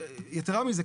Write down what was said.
יתרה מזאת,